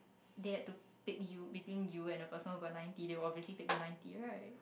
they had to pick you between you and a person who got ninety they would obviously pick the ninety right